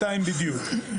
שנתיים בדיוק.